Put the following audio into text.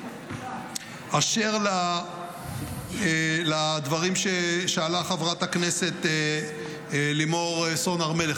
אשר לדברים ששאלה חברת הכנסת לימור סון הר מלך.